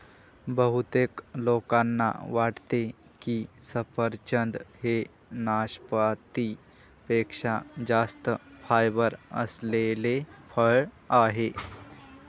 बहुतेक लोकांना वाटते की सफरचंद हे नाशपाती पेक्षा जास्त फायबर असलेले फळ आहे